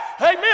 Amen